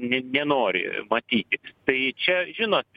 ne nenori matyti tai čia žinot